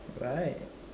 right